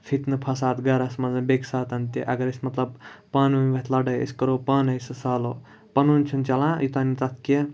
فِتنہٕ فَساد گَرَس منٛزَن بیٚکہِ ساتَن تہِ اگر أسۍ مطلب پانہٕ ؤنۍ وۄتھِ لَڑٲے أسۍ کَرو پانَے سُہ سالوٗ پَنُن چھِنہٕ چَلان یوٚتانۍ نہٕ تَتھ کینٛہہ